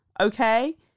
Okay